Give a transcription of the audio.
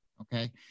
okay